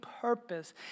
purpose